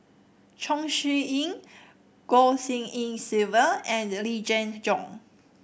Chong Siew Ying Goh Tshin En Sylvia and Yee Jenn Jong